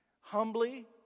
Humbly